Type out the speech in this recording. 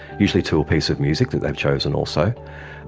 usually to a piece of music that they've chosen also.